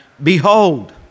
Behold